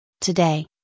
Today